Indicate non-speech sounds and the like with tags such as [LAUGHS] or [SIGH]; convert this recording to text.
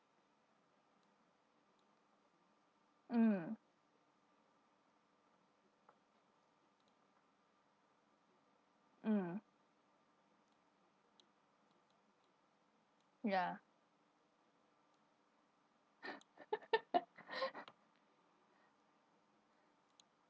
mm mm ya [LAUGHS]